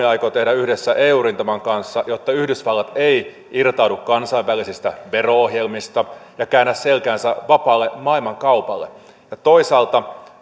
aikoo tehdä yhdessä eu rintaman kanssa jotta yhdysvallat ei irtaudu kansainvälisistä vero ohjelmista ja käännä selkäänsä vapaalle maailmankaupalle ja toisaalta